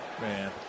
Man